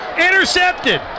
intercepted